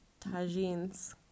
tagines